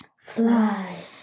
Fly